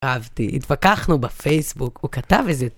אהבתי, התווכחנו בפייסבוק, הוא כתב איזה